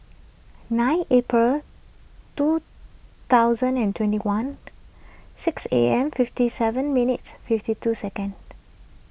nine April two thousand and twenty one six A M fifty seven minutes fifty two second